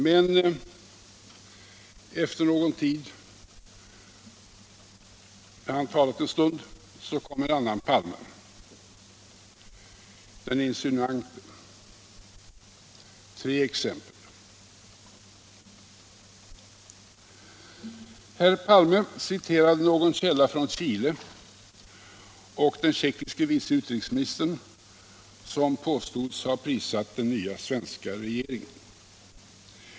Men när han talat en stund kom en annan Palme — den insinuante. Jag skall ta tre exempel. Herr Palme citerade någon källa från Chile och den tjeckiske vice utrikesministern som påstods ha prisat den nya svenska regeringen.